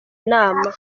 nama